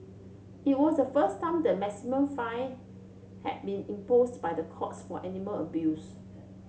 it was the first time the maximum fine had been imposed by the courts for animal abuse